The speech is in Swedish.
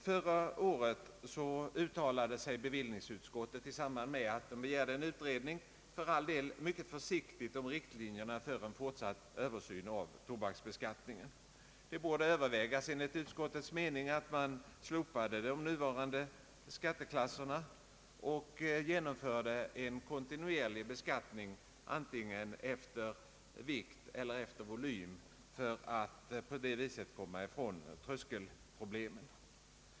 Förra året uttalade sig bevillningsutskottet — för all del mycket försiktigt — om riktlinjerna för en fortsatt översyn av tobaksbeskattningen i samband med begäran om en utredning. Det borde övervägas, enligt utskottets mening, om man kunde slopa de nuvarande skatteklasserna och genomföra en kontinuerlig beskattning, antingen efter vikt eller efter volym, för att på det sättet komma ifrån tröskelproblemen.